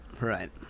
Right